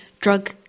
Drug